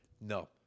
no